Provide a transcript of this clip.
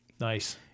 Nice